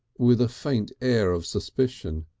with a faint air of suspicion.